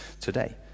today